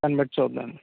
దాన్నిబట్టి చూద్దాం